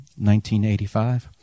1985